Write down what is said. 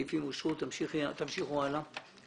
הסעיפים אושרו עם התיקונים שציינה היועצת